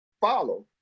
follow